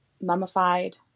mummified